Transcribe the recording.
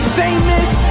famous